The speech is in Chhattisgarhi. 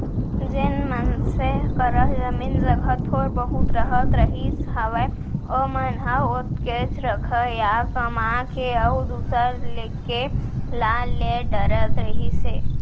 जेन मनसे करा जमीन जघा थोर बहुत रहत रहिस हावय ओमन ह ओतकेच रखय या कमा के अउ दूसर के ला ले डरत रहिस हे